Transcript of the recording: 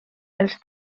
els